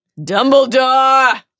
Dumbledore